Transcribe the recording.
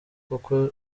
koko